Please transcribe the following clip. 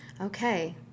Okay